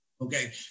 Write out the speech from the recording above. okay